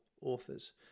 authors